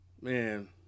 Man